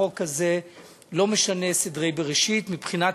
החוק הזה לא משנה סדרי בראשית מבחינת